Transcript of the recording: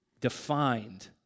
defined